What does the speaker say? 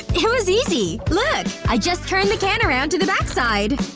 it was easy! look! i just turned the can around to the backside